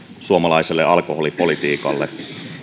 suomalaiselle alkoholipolitiikalle